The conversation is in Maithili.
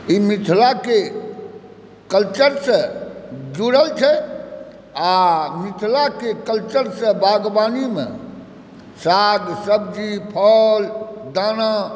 ई मिथिलाके कल्चरसे जुड़ल छै आ मिथिलाके कल्चरसे बागवानीमे साग सब्ज़ी फल दाना